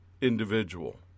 individual